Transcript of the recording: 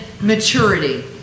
maturity